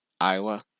Iowa